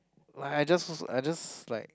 like I just I just like